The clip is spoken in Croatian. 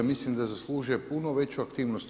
mislim da zaslužuje puno veću aktivnost u